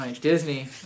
Disney